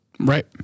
Right